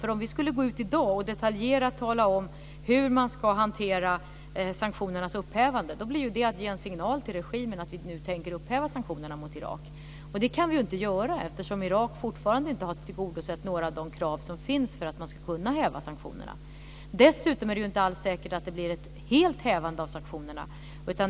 Om vi i dag skulle gå ut och detaljerat tala om hur sanktionernas upphävande ska hanteras ger vi ju en signal till regimen om att vi nu tänker upphäva sanktionerna mot Irak, och det kan vi inte göra eftersom Irak fortfarande inte har tillgodosett några av de krav som ställts för att sanktionerna ska kunna hävas. Dessutom är det inte alls säkert att det blir ett helt hävande av sanktionerna.